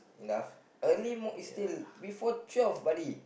enough early mode is still before twelve buddy